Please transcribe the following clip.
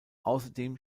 außerdem